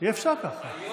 אי-אפשר ככה.